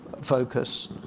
focus